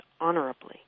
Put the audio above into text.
honorably